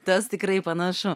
tas tikrai panašu